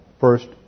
first